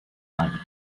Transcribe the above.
mind